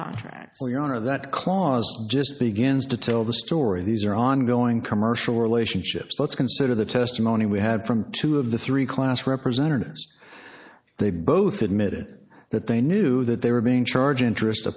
contract so your honor that clause just begins to tell the story these are ongoing commercial relationships let's consider the testimony we had from two of the three class representatives they both admitted that they knew that they were being charged interest